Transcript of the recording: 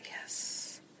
Yes